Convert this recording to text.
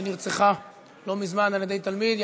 שנרצחה לא מזמן על-ידי תלמיד,